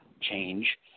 change